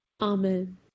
Amen